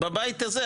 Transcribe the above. בבית הזה,